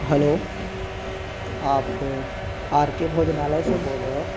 hello आप R K Bhojanalaya से बोल रहे हो